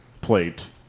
plate